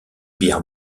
bière